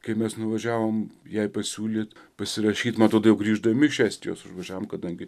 kai mes nuvažiavom jai pasiūlyt pasirašyti ma atrodo jau grįždami iš estijos važiavom kadangi